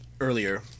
earlier